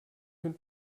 mit